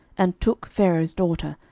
and took pharaoh's daughter,